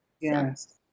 Yes